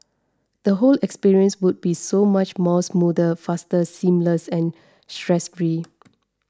the whole experience would be so much more smoother faster seamless and stress free